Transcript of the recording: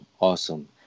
Awesome